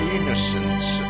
innocence